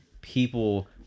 people